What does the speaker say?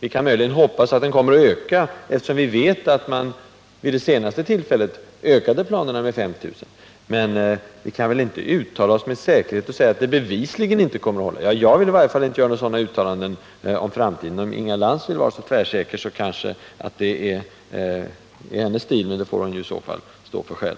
Vi kan möjligen hoppas att den kommer att öka, eftersom vi vet att man vid det senaste tillfället ökade planerna med 5 000 platser. Men vi kan inte uttala oss med säkerhet om att planerna ”bevisligen” inte kommer att hållas. Jag vill i varje fall inte göra några sådana uttalanden om framtiden. Om Inga Lantz vill vara så tvärsäker — det är kanske hennes stil — så får hon stå för det själv.